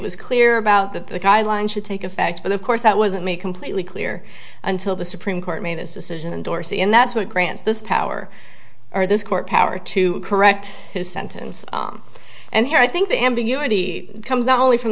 was clear about the guidelines should take effect but of course that wasn't me completely clear until the supreme court made this decision and dorsey and that's what grants this power or this court power to correct his sentence and here i think the ambiguity comes not only from